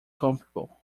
comfortable